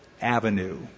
avenue